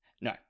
No